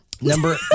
Number